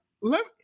Let